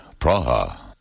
Praha